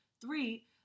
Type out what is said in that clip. three